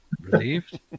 Relieved